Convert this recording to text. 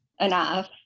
enough